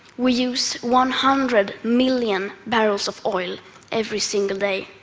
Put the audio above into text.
we use one hundred million barrels of oil every single day.